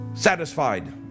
satisfied